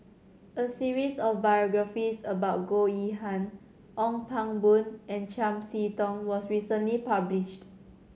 a series of biographies about Goh Yihan Ong Pang Boon and Chiam See Tong was recently published